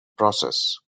process